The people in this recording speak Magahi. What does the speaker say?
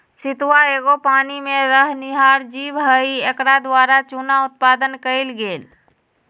सितुआ एगो पानी में रहनिहार जीव हइ एकरा द्वारा चुन्ना उत्पादन कएल गेल